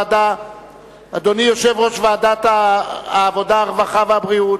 אדוני יושב-ראש ועדת העבודה, הרווחה והבריאות,